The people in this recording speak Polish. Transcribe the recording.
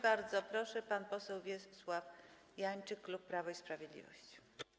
Bardzo proszę, pan poseł Wiesław Janczyk, klub Prawo i Sprawiedliwość.